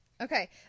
Okay